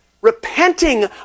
repenting